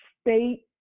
state